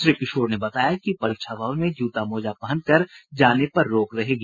श्री किशोर ने बताया कि परीक्षा भवन में जूता मोजा पहनकर जाने पर रोक रहेगी